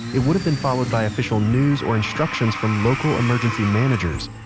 it would have been followed by official news or instructions from local emergency managers,